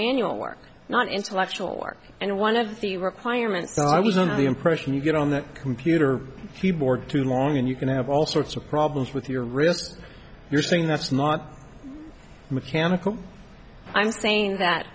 manual work not intellectual work and one of the requirements i was under the impression you get on the computer keyboard too long and you can have all sorts of problems with your wrist you're saying that's not mechanical i'm saying that